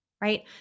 right